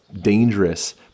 dangerous